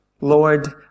Lord